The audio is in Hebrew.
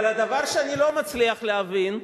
אבל הדבר שאני לא מצליח להבין,